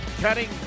cutting